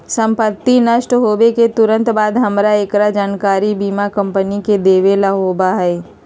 संपत्ति नष्ट होवे के तुरंत बाद हमरा एकरा जानकारी बीमा कंपनी के देवे ला होबा हई